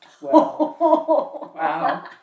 Wow